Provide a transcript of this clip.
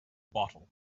bottle